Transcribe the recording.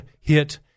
hit